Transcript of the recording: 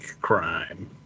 crime